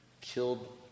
killed